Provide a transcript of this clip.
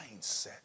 mindset